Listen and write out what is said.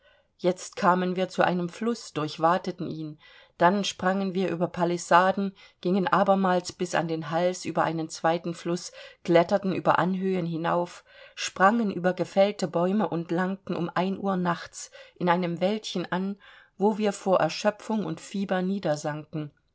jetzt kamen wir zu einem fluß durchwateten ihn dann sprangen wir über palissaden gingen abermals bis an den hals über einen zweiten fluß kletterten über anhöhen hinauf sprangen über gefällte bäume und langten um uhr nachts in einem wäldchen an wo wir vor erschöpfung und